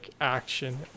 action